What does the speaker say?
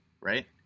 right